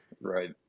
right